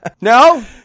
No